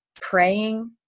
praying